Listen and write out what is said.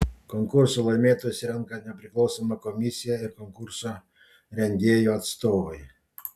konkurso laimėtojus renka nepriklausoma komisija ir konkurso rengėjų atstovai